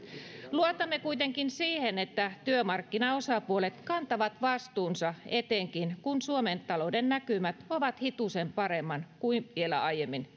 luotamme kuitenkin siihen että työmarkkinaosapuolet kantavat vastuunsa etenkin kun suomen talouden näkymät ovat hitusen paremmat kuin vielä aiemmin